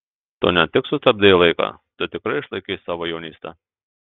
tu ne tik sustabdei laiką tu tikrai išlaikei savo jaunystę